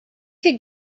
could